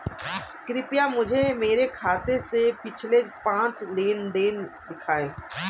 कृपया मुझे मेरे खाते से पिछले पाँच लेन देन दिखाएं